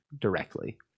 directly